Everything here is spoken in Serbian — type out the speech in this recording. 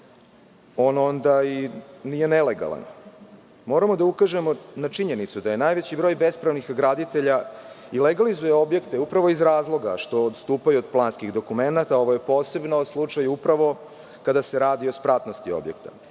on onda i nije nelegalan. Moramo da ukažemo na činjenicu da najveći broj bespravnih graditelja i legalizuje objekte upravo iz razloga što odstupaju od planskih dokumenata. Ovo je posebno slučaj upravo kada se radi o spratnosti objekta.